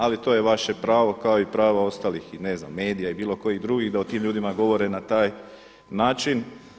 Ali to je vaše pravo kao i prava ostalih, i ne znam, medija i bilo kojih drugih da o tim ljudima govore na taj način.